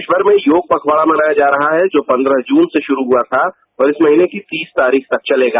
प्रदेश भर में योग पखवारा मनाया जा रहा है जो पन्द्रह जून से युरू हुआ था और इस महीने की तीस तारीख तक चलेगा